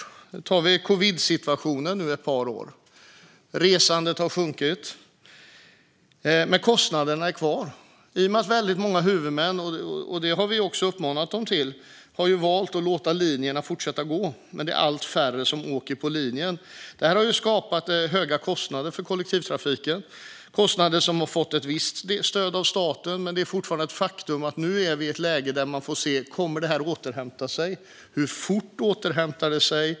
Vi har till exempel i ett par år nu haft covidsituationen. Resandet har sjunkit, men kostnaderna är kvar i och med att många huvudmän har valt att låta trafiken fortsätta gå på linjerna, vilket vi också har uppmanat dem till. Men allt färre åker, och detta har skapat höga kostnader för kollektivtrafiken. Man har fått ett visst stöd av staten för dessa kostnader, men det är fortfarande ett faktum att vi nu är i ett läge där vi får se om detta kommer att återhämta sig och hur fort det återhämtar sig.